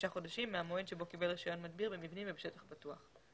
חודשים מהמועד שבו קיבל רישיון מדביר במבנים ובשטח פתוח.